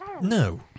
No